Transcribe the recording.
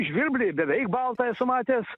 žvirblį beveik baltą esu matęs